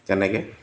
তেনেকৈ